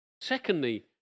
Secondly